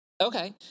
Okay